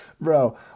Bro